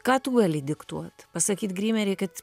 ką tu gali diktuot pasakyt grimerei kad